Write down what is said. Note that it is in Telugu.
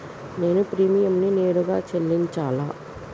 నేను ప్రీమియంని నేరుగా చెల్లించాలా?